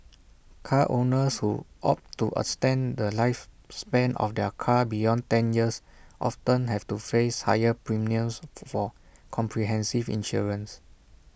car owners who opt to extend the lifespan of their car beyond ten years often have to face higher premiums for comprehensive insurance